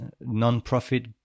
non-profit